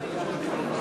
סיעת